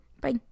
Bye